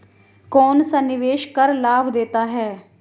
कौनसा निवेश कर लाभ देता है?